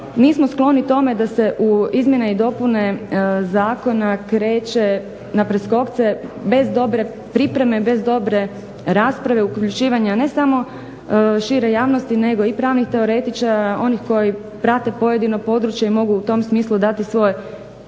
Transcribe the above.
nismo skloni tome da se u izmjene i dopune zakona kreće napreskokce bez dobre pripreme, bez dobre rasprave, uključivanja ne samo šire javnosti nego i pravnih teoretičara, onih koji prate pojedino područje i mogu u tom smislu dati svoje